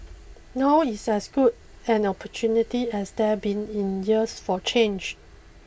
now is as good an opportunity as there been in years for change